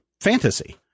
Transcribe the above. fantasy